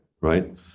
right